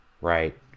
right